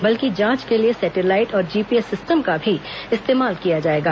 बल्कि जांच के लिए सैटेलाइट और जीपीएस सिस्टम का भी इस्तेमाल किया जाएगा